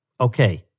okay